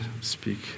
speak